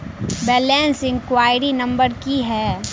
Balance enquiry number की है?